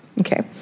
Okay